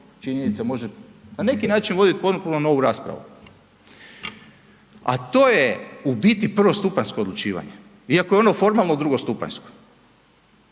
činjenicama, može na neki način vodit potpuno novu raspravu, a to je u biti prvostupanjsko odlučivanje, iako je ono formalno drugostupanjsko.